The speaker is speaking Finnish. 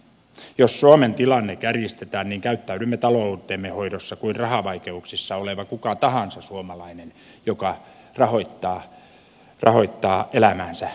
jos suomen tilanne kärjistetään niin käyttäydymme taloutemme hoidossa kuin rahavaikeuksissa oleva kuka tahansa suomalainen joka rahoittaa elämäänsä pikavipeillä